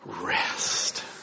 Rest